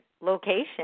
location